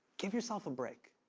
give yourself a break.